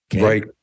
right